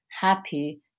happy